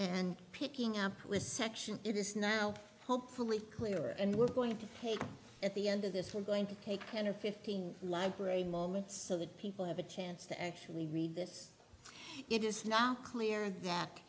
and picking up with section it is now hopefully clear and we're going to page at the end of this we're going to take ten or fifteen library moments so that people have a chance to actually read this it is now clear that